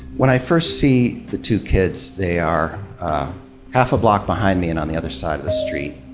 when i first see the two kids, they are half a block behind me and on the other side of the street.